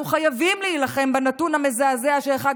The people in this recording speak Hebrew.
אנחנו חייבים להילחם בנתון המזעזע שאחד